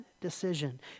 decision